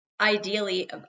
ideally